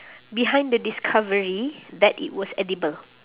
behind the discovery that it was edible